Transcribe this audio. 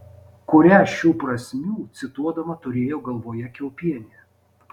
kurią šių prasmių cituodama turėjo galvoje kiaupienė